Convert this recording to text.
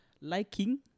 Liking